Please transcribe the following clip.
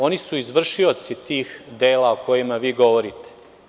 Oni su izvršioci tih dela o kojima vi govorite.